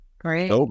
Great